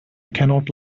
cannot